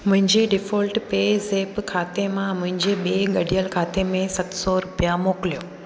मुंहिंजे डिफोल्ट पे ज़ेप्प खाते मां मुंहिंजे ॿिए ॻंढियल खाते में सत सौ रुपिया मोकिलियो